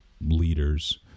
leaders